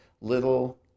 little